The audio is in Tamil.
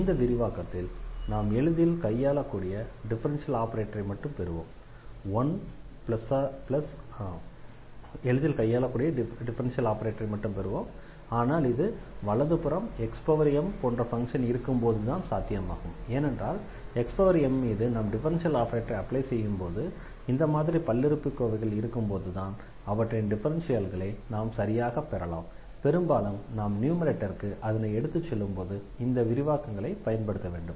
இந்த விரிவாக்கத்தில் நாம் எளிதில் கையாளக்கூடிய டிஃபரன்ஷியல் ஆபரேட்டரை மட்டுமே பெறுவோம் ஆனால் இது வலது புறம் xm போன்ற ஃபங்ஷன் இருக்கும்போதுதான் சாத்தியமாகும் ஏனென்றால் xm மீது நாம் டிஃபரன்ஷியல் ஆபரேட்டரை அப்ளை செய்யும் போது இந்த மாதிரி பல்லுறுப்புக்கோவைகள் இருக்கும்போது தான் அவற்றின் டிஃபரன்ஷியல்களை நாம் சரியாகப் பெறலாம் பெரும்பாலும் நாம் நியூமரேட்டருக்கு அதனை எடுத்துச் செல்லும்போது இந்த விரிவாக்கங்களைப் பயன்படுத்த வேண்டும்